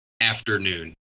afternoon